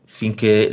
finché